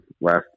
last